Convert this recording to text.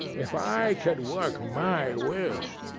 if i could work my will,